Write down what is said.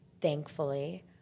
thankfully